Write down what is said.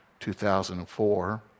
2004